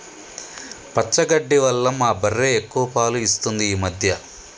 పచ్చగడ్డి వల్ల మా బర్రె ఎక్కువ పాలు ఇస్తుంది ఈ మధ్య